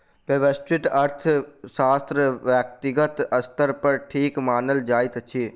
व्यष्टि अर्थशास्त्र व्यक्तिगत स्तर पर ठीक मानल जाइत अछि